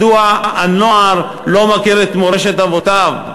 מדוע הנוער לא מכיר את מורשת אבותיו?